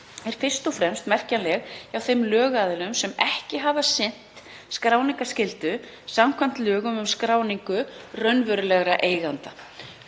eru fyrst og fremst merkjanleg hjá þeim lögaðilum sem ekki hafa sinnt skráningarskyldu samkvæmt lögum um skráningu raunverulegra eigenda.